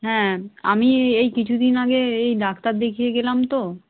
হ্যাঁ আমি এই কিছু দিন আগে এই ডাক্তার দেখিয়ে গেলাম তো